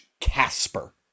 Casper